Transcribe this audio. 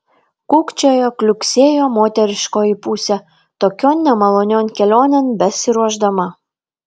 kukčiojo kliuksėjo moteriškoji pusė tokion nemalonion kelionėn besiruošdama